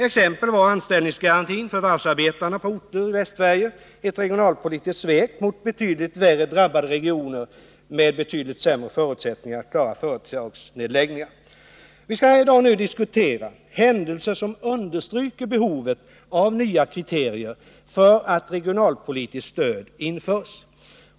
Exempelvis var anställningsgarantin för varvsarbetare på orter i Västsverige ett regionalpolitiskt svek mot betydligt värre drabbade regioner med betydligt sämre förutsättningar att klara företagsnedläggningar. Vi skall här i dag diskutera händelser som understryker behovet av att nya kriterier för ett regionalpolitiskt stöd införs.